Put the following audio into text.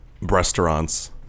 Restaurants